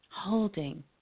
holding